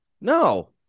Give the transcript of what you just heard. No